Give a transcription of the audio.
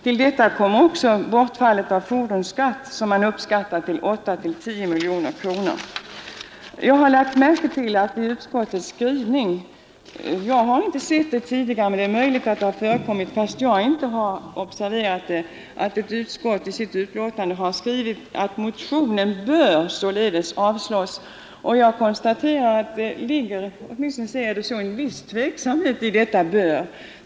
Till detta kommer bortfallet av fordonsskatt, som uppskattas till 8—10 miljoner kronor. I utskottets skrivning har jag lagt märke till en formulering som jag inte sett tidigare — det är möjligt att den har förekommit, fastän jag inte har observerat den —, nämligen ”Motionen bör således avslås”. Jag konstaterar att — åtminstone som jag ser det — ligger det en viss tveksamhet i detta ”bör”.